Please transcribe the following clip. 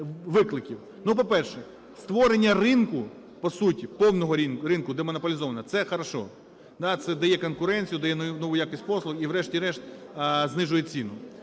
По-перше, створення ринку, по суті, повного ринку демонополізованого, це хорошо, да, це дає конкуренцію, дає нову якість послуг і врешті-решт знижує ціну.